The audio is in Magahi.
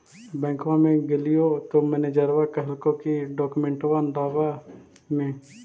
बैंकवा मे गेलिओ तौ मैनेजरवा कहलको कि डोकमेनटवा लाव ने?